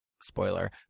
spoiler